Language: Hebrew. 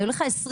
יהיו לך 20